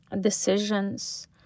decisions